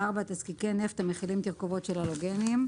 תזקיקי נפט המכילים תרכובות של הלוגנים.